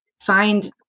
find